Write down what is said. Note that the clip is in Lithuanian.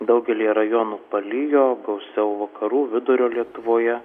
daugelyje rajonų palijo gausiau vakarų vidurio lietuvoje